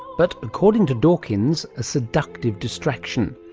but according to dawkins, a seductive distraction.